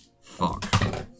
Fuck